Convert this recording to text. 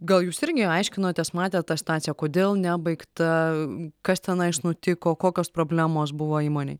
gal jūs irgi aiškinotės matėt tą situaciją kodėl nebaigta kas tenais nutiko kokios problemos buvo įmonėj